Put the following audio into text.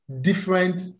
different